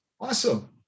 Awesome